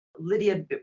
Lydia